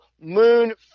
moon